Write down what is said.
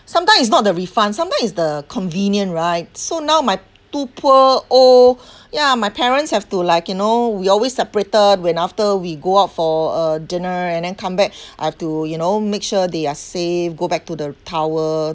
sometimes it's not the refund sometimes it's the convenient right so now my two poor old ya my parents have to like you know we always separated when after we go out for a dinner and then come back I have to you know make sure they are safe go back to the tower